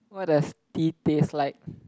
what does tea taste like